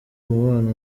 umubano